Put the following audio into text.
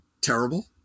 terrible